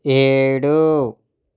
ఏడు